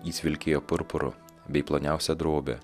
jis vilkėjo purpuru bei ploniausia drobe